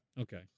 Okay